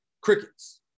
crickets